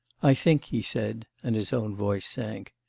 i think he said, and his own voice sank,